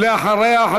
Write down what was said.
ואחריה,